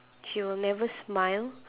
she will never smile